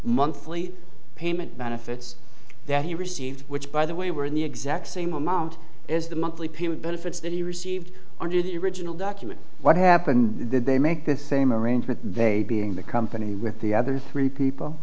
monthly payment benefits that he received which by the way were in the exact same amount as the monthly period benefits that he received under the original document what happened did they make the same arrangement they being the company with the other three people